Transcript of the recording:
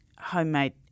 homemade